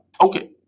okay